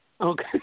Okay